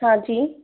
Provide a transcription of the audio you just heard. हाँ जी